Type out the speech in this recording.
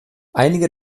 einige